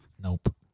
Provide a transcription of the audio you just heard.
Nope